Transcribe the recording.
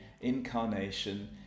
incarnation